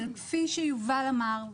אבל כפי שיובל וגנר אמר,